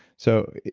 so,